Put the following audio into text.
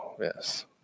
yes